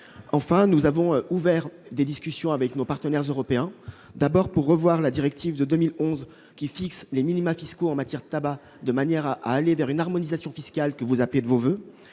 Enfin, nous avons ouvert des discussions avec nos partenaires européens. Nous souhaitons tout d'abord revoir la directive de 2011, qui fixe des minima fiscaux en matière de tabac, de manière à aller vers l'harmonisation fiscale que vous appelez de vos voeux.